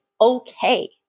okay